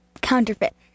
Counterfeit